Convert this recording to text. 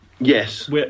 Yes